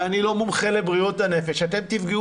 ואני לא מומחה לבריאות הנפש,